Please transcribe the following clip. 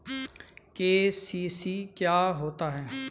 KCC क्या होता है?